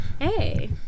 Hey